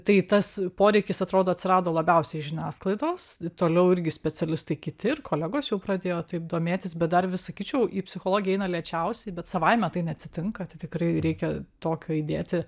tai tas poreikis atrodo atsirado labiausiai iš žiniasklaidos toliau irgi specialistai kiti ir kolegos jau pradėjo taip domėtis bet dar vis sakyčiau į psichologiją eina lėčiausiai bet savaime tai neatsitinka tai tikrai reikia tokio įdėti